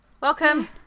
welcome